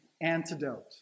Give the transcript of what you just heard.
antidote